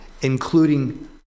Including